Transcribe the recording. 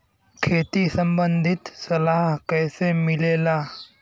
खेती संबंधित सलाह कैसे मिलेला?